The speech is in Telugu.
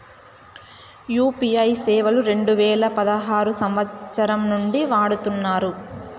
యూ.పీ.ఐ సేవలు రెండు వేల పదహారు సంవచ్చరం నుండి వాడుతున్నారు